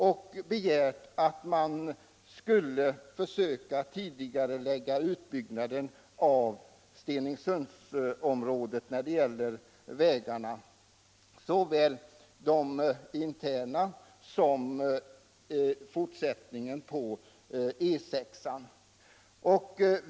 Därvid begärdes att man skulle försöka tidigarelägga vägutbyggnaden i Stenungsundsområdet, såväl de interna vägarna som fortsättningen på E 6.